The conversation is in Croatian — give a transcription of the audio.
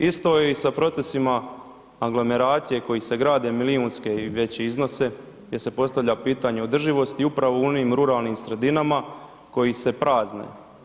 Isto je i sa procesima aglomeracije koji se grade milijunske i veće iznose, gdje se postavlja pitanje održivosti i upravo u onim ruralnim sredinama koji se prazne.